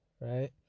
right